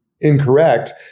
incorrect